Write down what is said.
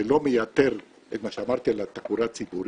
זה לא מייתר את מה שאמרתי על התחבורה הציבורית,